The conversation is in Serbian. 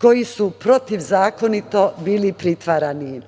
koji su protivzakonito bili pritvarani.